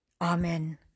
Amen